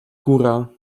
góra